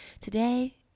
Today